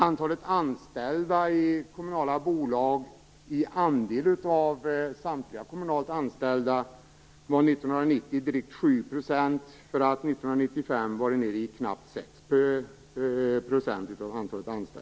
Andelen anställda i kommunala bolag av samtliga kommunalt anställda var 1990 drygt 7 % för att 1995 vara nere i knappt 6 %.